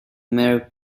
mare